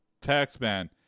Tax-Man